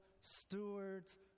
stewards